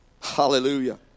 Hallelujah